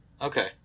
Okay